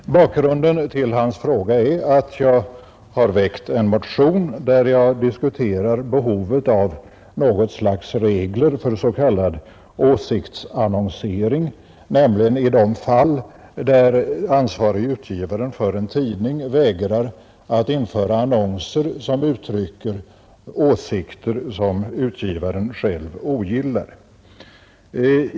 Herr talman! Herr Lars Werner har kort före middagspausen riktat en direkt fråga till mig som jag helt nyligen blev underrättad om. Jag finner hans fråga principiellt intressant och skall gärna försöka att svara på den. Den gällde hur jag ser på Aftonbladets vägran att införa en annons från det kommunistiska partiet med vissa uppgifter om partiets inställning till den aktuella SACO-konflikten. Bakgrunden till hans fråga är att jag har väckt en motion vari jag diskuterar behovet av något slags regler för s.k. åsiktsannonsering, nämligen i de fall där ansvarige utgivaren för en tidning vägrar att införa annonser som uttrycker åsikter som utgivaren själv ogillar.